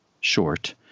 short